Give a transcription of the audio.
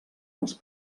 els